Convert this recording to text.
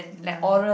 ya